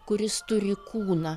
kuris turi kūną